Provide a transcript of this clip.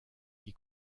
qui